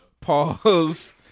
pause